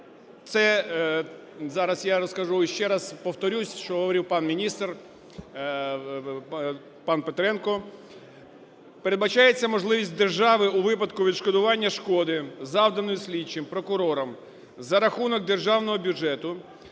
це зараз я розкажу ще раз, повторюсь, що говорив пан міністр, пан Петренко, - передбачається можливість держави у випадку відшкодування шкоди, завданої слідчим, прокурором, за рахунок державного бюджету,